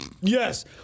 Yes